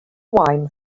wine